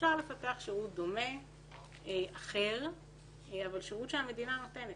אפשר לפתוח שירות דומה אחר אבל שירות שהמדינה נותנת.